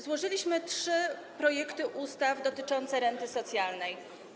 Złożyliśmy trzy projekty ustaw dotyczących renty socjalnej.